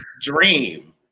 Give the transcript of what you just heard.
Dream